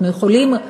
אנחנו יכולים,